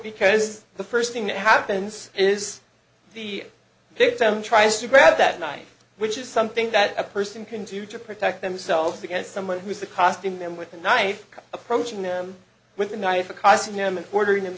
because the first thing that happens is the victim tries to grab that knife which is something that a person can do to protect themselves against someone who's the costin them with a knife approaching them with a knife or causing him and ordering them